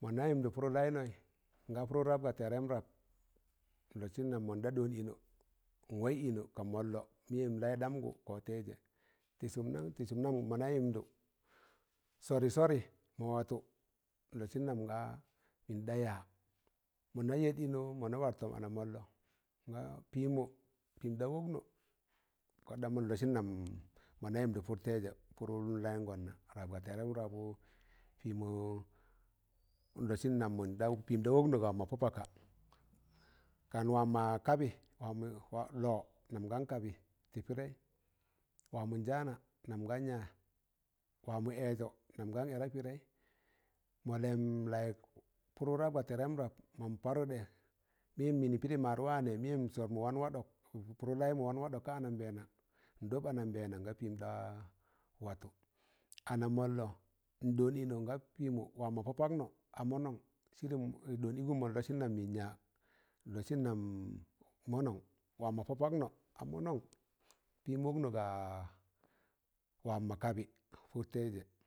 mọna yịmdụ pụrụ laịnọ nga pụrụ rab ga tẹrẹn rab nlọzẹn nam monɗa ɗon inọ, n waiz ino ka mọllọ mịyẹm laịdamgụ kọtẹịjẹ tị sụn nang? tị sụm nan mọ na yimdụ sọrị sọrị mọ watọ nlọsịn nam ga mịn ɗa ya mọ na yẹrt ịnọ mọ na war tọm ọma mọlnọ nga pịmmọ pịmm da waknọ, ka ɗamọmm nlọsịn nam mọn da yimdụ kọ taịzẹ koɗịịn layụngọn na rap ga tẹrem rabụ pịmọ nlọsịn nam mọnda pịm da wọknọ ga waam mọ pọ paka kan waam ma kabị lọ nam gan kabị loo tị pụdaị waamọ njaana nan gaan ya wa amọ ẹẹjọ nam gan ya ẹẹ da pịdẹị mọllẹm layịg pụrụ rap ga tẹrẹm rap mam parụɗẹ, meyẹm mịn pịrị maad wa ne ̣meyẹn sọr mụ wan wạdọk pụrụ laịmụ wan waɗọk ka anambẹẹn, an ɗọb anambẹẹna nga pịm ɗa watọ ana mọlnọ nɗọọm ịnọn ga pịmo ̣waan mọdọ paknọ a mọ nọn, sịrịm i ɗon ikum mon lọsịn mịn ya nlọsịn nam mọnọm wam mọ pọ paknọ a mọnọm, pịm wọknọ ga wam mọ kabị pụrụ taịzẹ.